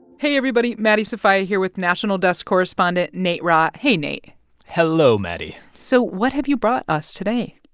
hey, everybody. maddie sofia here with national desk correspondent nate rott. hey, nate hello, maddie so what have you brought us today?